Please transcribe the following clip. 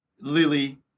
Lily